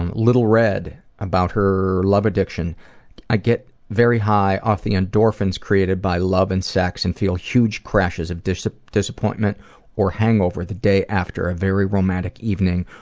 and little red, about her love addiction i get very high off the endorphins created by love and sex and feel huge crashes of ah disappointment or hangover the day after a very romantic evening,